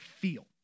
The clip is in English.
feel